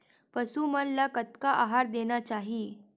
पशु मन ला कतना आहार देना चाही?